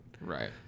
Right